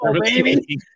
baby